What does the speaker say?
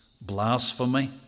blasphemy